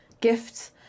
gifts